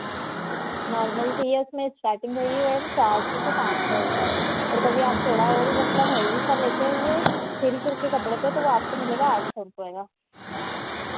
normal चाहिए उसमें starting रहेगी मैडम चार सौ से पाँच सौ रुपये और कभी आप थोड़ा और मतलब हैवी का लेते हैं सिल्क उल्क के कपड़े पे तो वो आपको मिलेगा आठ सौ रुपये का